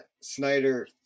Snyder